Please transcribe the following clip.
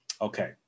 okay